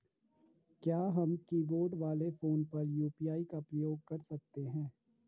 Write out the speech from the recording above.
क्या हम कीबोर्ड वाले फोन पर यु.पी.आई का प्रयोग कर सकते हैं?